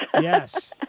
Yes